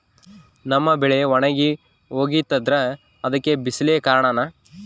ನಮ್ಮ ಬೆಳೆ ಒಣಗಿ ಹೋಗ್ತಿದ್ರ ಅದ್ಕೆ ಬಿಸಿಲೆ ಕಾರಣನ?